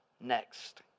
next